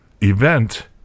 event